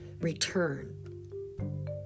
return